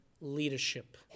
leadership